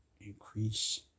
increase